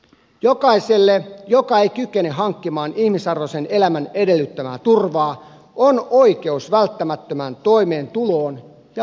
jokaisella joka ei kykene hankkimaan ihmisarvoisen elämän edellyttämää turvaa on oikeus välttämättömään toimeentuloon ja huolenpitoon